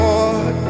Lord